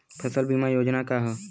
फसल बीमा योजना का ह?